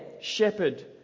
shepherd